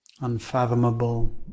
unfathomable